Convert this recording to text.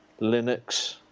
Linux